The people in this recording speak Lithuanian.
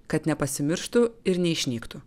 kad nepasimirštų ir neišnyktų